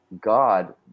God